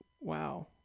wow